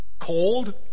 cold